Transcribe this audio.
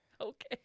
Okay